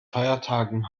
feiertagen